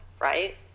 right